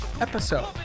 episode